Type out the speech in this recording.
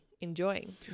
enjoying